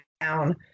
down